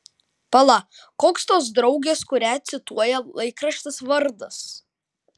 pala koks tos draugės kurią cituoja laikraštis vardas